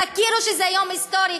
תכירו שזה יום היסטורי,